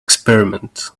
experiment